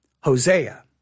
Hosea